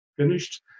finished